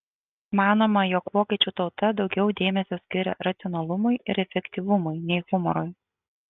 manoma jog vokiečių tauta daugiau dėmesio skiria racionalumui ir efektyvumui nei humorui